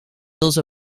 also